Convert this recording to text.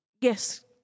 yes